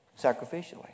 sacrificially